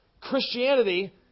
Christianity